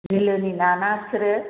बिलोनि ना ना बिसोरो